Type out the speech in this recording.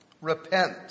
Repent